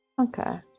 Okay